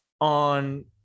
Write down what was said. on